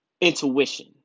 intuition